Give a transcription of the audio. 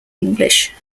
english